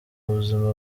buzima